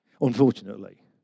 unfortunately